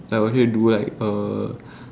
I will say do like uh